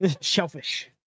Shellfish